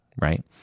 Right